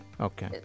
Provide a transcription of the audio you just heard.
Okay